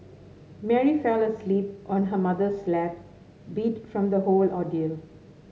Mary fell asleep on her mother's lap beat from the whole ordeal